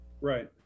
Right